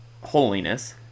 holiness